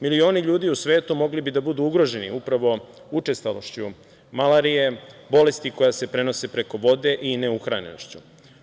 Milioni ljudi u svetu mogli bu da budu ugroženi upravo učestalošću malarije, bolesti koja se prenosi preko vode i neuhranjenošću.